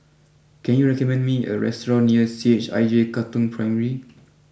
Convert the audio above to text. can you recommend me a restaurant near C H I J Katong Primary